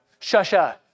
shusha